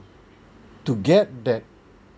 to get that